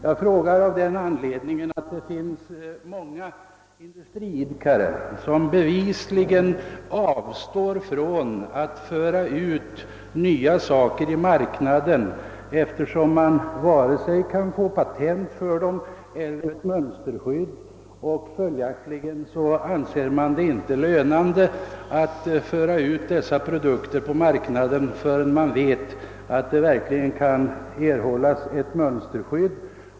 Jag frågar av det skälet att det finns många industriidkare som bevisligen avstår från att föra ut nya produkter i marknaden, eftersom man varken kan få patent eller mönsterskydd för dessa varor. Följaktligen anser man det inte lönande att marknadsföra produkterna förrän man vet att mönsterskydd verkligen kan erhållas.